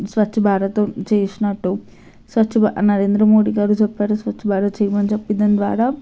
స్వచ్ భారత్ చేసినట్టు స్వచ్ఛభా నరేంద్ర మోడీ గారు చెప్పారు స్వచ్ఛభారత్ చేయమని చెప్పిందాని ద్వారా